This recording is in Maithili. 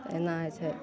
एना होइ छै